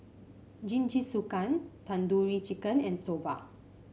Jingisukan Tandoori Chicken and Soba